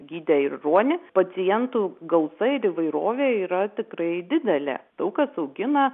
gydę ir ruonį pacientų gausa ir įvairovė yra tikrai didelė daug kas augina